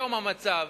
היום המצב,